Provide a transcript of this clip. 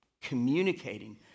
communicating